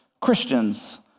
Christians